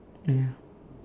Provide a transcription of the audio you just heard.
ya